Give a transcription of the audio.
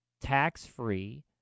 tax-free